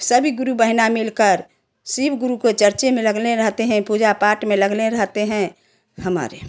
सभी गुरु बहिना मिलकर शिव गुरु की चर्चा में लगने रहते हैं पूजा पाठ में लगने रहते हैं हमारे